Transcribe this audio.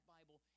Bible